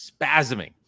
spasming